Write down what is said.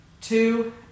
two